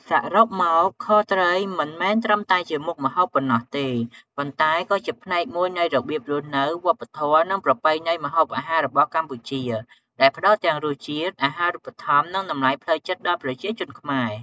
សរុបមក ខត្រីមិនមែនត្រឹមតែជាមុខម្ហូបប៉ុណ្ណោះទេ ប៉ុន្តែក៏ជាផ្នែកមួយនៃរបៀបរស់នៅ វប្បធម៌ និងប្រពៃណីម្ហូបអាហាររបស់កម្ពុជា ដែលផ្តល់ទាំងរសជាតិ អាហារូបត្ថម្ភ និងតម្លៃផ្លូវចិត្តដល់ប្រជាជនខ្មែរ។